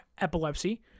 epilepsy